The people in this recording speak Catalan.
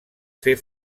fer